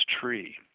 tree